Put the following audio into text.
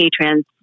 patrons